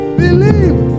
believe